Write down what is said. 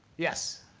yes.